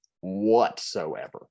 whatsoever